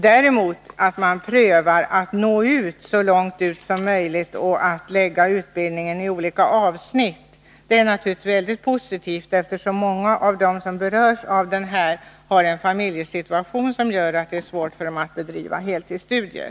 Däremot är det väldigt positivt, om man försöker nå så långt ut som möjligt genom att lägga upp utbildningen i olika avsnitt. Många av dem som berörs har nämligen en familjesituation som gör att de har svårt att bedriva heltidsstudier.